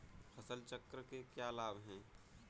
फसल चक्र के क्या लाभ हैं?